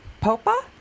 Popa